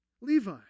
Levi